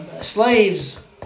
slaves